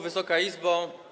Wysoka Izbo!